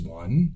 one